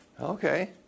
Okay